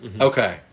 Okay